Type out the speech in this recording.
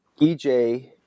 EJ